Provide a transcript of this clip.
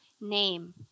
name